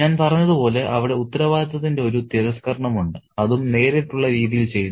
ഞാൻ പറഞ്ഞതുപോലെ അവിടെ ഉത്തരവാദിത്തത്തിന്റെ ഒരു തിരസ്കരണമുണ്ട് അതും നേരിട്ടുള്ള രീതിയിൽ ചെയ്യുന്നു